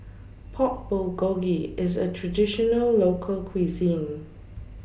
Pork Bulgogi IS A Traditional Local Cuisine